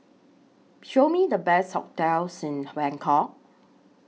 Show Me The Best hotels in Bangkok